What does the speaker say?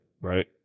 right